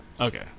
Okay